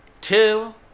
Two